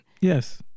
Yes